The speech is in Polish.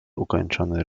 ukończony